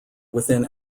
within